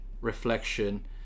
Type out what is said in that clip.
reflection